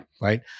Right